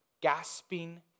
gasping